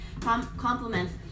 compliments